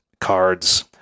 cards